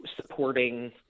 supporting